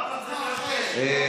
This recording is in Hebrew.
הכול זוועה וההתייחסות היא זוועתית,